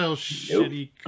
shitty